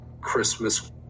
Christmas